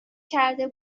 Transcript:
کرده